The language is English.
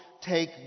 take